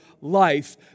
life